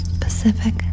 Pacific